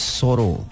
sorrow